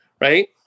Right